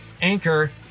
Anchor